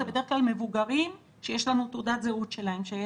זה בדרך כלל מבוגרים שיש לנו תעודת זהות שלהם.